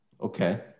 Okay